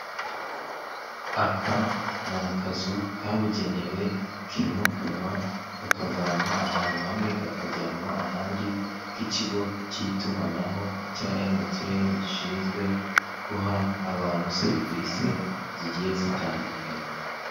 Aka ni akazu kabugenewe kimukanwa kakavanwa ahantu hamwe kakajyanwa ahandi k'ikigo k'itumanaho cya emutiyeni gishinzwe guha abantu serivise zigiye zitandukanye.